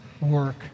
work